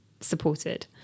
supported